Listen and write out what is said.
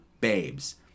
babes